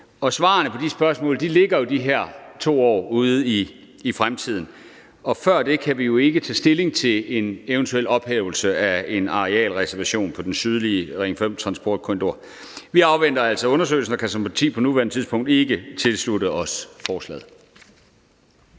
Og svarene på de spørgsmål ligger jo de her 2 år ud i fremtiden, og før det kan vi ikke tage stilling til en eventuel ophævelse af en arealreservation i den sydlige Ring 5-transportkorridor. Vi afventer altså undersøgelsen og kan som parti på nuværende tidspunkt ikke tilslutte os forslaget.